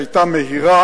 היא היתה מהירה,